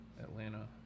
Atlanta